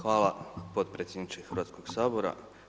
Hvala potpredsjedniče Hrvatskog sabora.